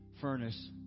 furnace